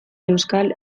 euskal